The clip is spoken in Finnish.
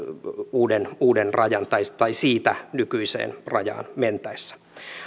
uuden uuden rajan tai siitä nykyiseen rajaan mentäessä